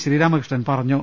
ശ്രീരാമകൃഷ്ണൻ പറഞ്ഞു